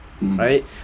Right